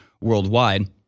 worldwide